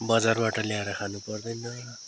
बजारबाट ल्याएर खानु पर्दैन